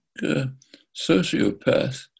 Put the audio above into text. sociopath